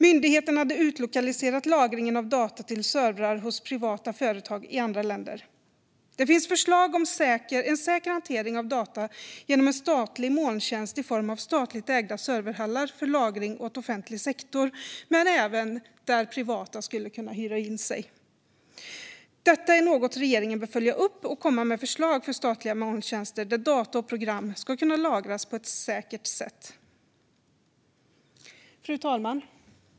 Myndigheten hade utlokaliserat lagringen av data till servrar hos privata företag i andra länder. Det finns förslag om en säker hantering av data genom en statlig molntjänst i form av statligt ägda serverhallar för lagring åt offentlig sektor där även privata skulle kunna hyra in sig. Regeringen bör följa upp detta och komma med förslag för statliga molntjänster där data och program ska kunna lagras på ett säkert sätt. Fru talman!